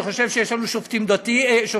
אני חושב שיש לנו שופטים טובים,